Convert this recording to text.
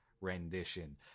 rendition